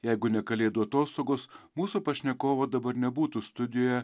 jeigu ne kalėdų atostogos mūsų pašnekovo dabar nebūtų studijoje